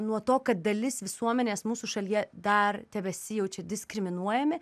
nuo to kad dalis visuomenės mūsų šalyje dar tebesijaučia diskriminuojami